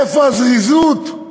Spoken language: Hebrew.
איפה הזריזות?